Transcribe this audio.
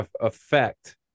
effect